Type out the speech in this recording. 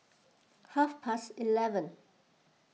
half past eleven